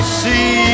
see